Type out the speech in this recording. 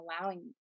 allowing